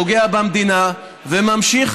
פוגע במדינה וממשיך,